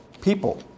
people